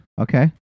Okay